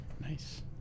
Nice